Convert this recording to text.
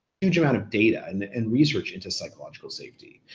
huge amount of data and research into psychological safety.